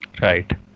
Right